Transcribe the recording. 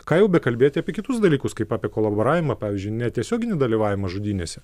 ką jau bekalbėti apie kitus dalykus kaip apie kolaboravimą pavyzdžiui netiesioginį dalyvavimą žudynėse